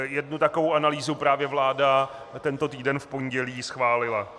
Jednu takovou analýzu právě vláda tento týden v pondělí schválila.